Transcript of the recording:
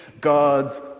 God's